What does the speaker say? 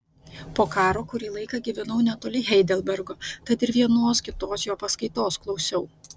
po karo kurį laiką gyvenau netoli heidelbergo tad ir vienos kitos jo paskaitos klausiau